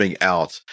out